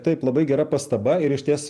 taip labai gera pastaba ir išties